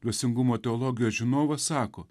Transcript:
dvasingumo teologijos žinovas sako